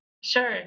Sure